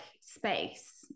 space